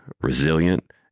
resilient